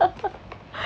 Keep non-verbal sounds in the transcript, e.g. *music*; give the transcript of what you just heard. *laughs*